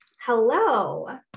Hello